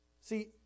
See